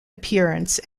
appearance